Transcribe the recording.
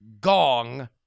gong